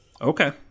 Okay